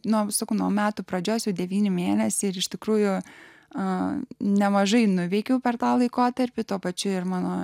noriu su kauno m pradžios devyni mėnesiai ir iš tikrųjų a nemažai nuveikiau per tą laikotarpį tuo pačiu ir mano